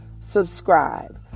subscribe